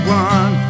one